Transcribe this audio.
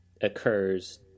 occurs